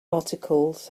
articles